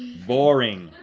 boring.